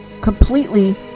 completely